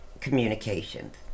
communications